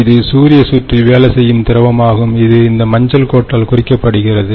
இது சூரிய சுற்றில் வேலை செய்யும் திரவமாகும் இது இந்த மஞ்சள் கோட்டால் குறிக்கப்படுகிறது